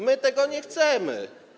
My tego nie chcemy.